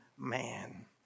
Man